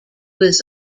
was